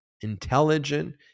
intelligent